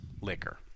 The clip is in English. Liquor